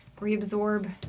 reabsorb